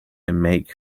make